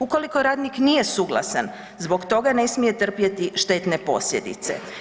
Ukoliko radnik nije suglasan zbog toga ne smije trpjeti štetne posljedice.